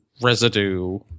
residue